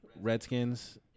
Redskins